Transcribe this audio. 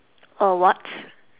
uh what